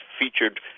featured